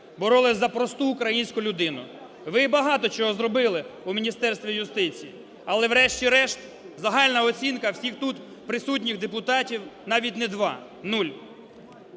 боролися за просту українську людину. Ви багато чого зробили у Міністерстві юстиції, але врешті-решт загальна оцінка всіх тут присутніх депутатів навіть не 2 - 0.